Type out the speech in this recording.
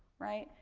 right.